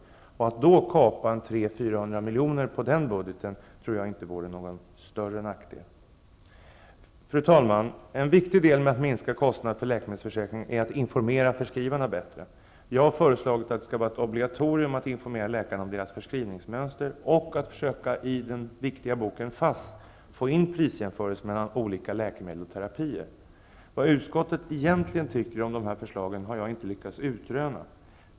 Det vore nog inte någon större nackdel att kapa 300--400 milj.kr. på den budgeten. Fru talman! En viktig del i arbetet med att minska kostnaderna för läkemedelsförsäkringen är bättre information till förskrivarna. Jag har föreslagit att det skall vara ett obligatorium att informera läkarna om deras förskrivningsmönster och att i den viktiga boken FASS få in prisjämförelser mellan olika läkemedel och terapier. Vad utskottet egentligen tycker om dessa förslag har jag inte lyckats utröna.